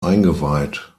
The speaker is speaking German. eingeweiht